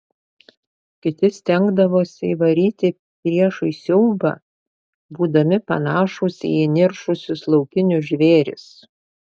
kiti stengdavosi įvaryti priešui siaubą būdami panašūs į įniršusius laukinius žvėris